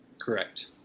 Correct